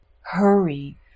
Hurry